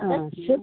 सोब